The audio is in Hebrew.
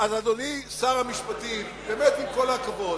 אדוני שר המשפטים, עם כל הכבוד,